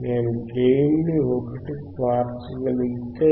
నేను గెయిన్ ని 1 కి మార్చగలిగితే